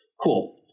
cool